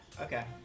Okay